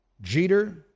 Jeter